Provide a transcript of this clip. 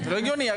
לא הגיוני .